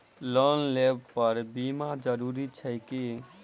Loan लेबऽ पर बीमा जरूरी छैक की?